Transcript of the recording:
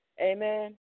amen